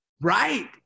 Right